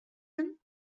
him